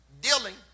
dealing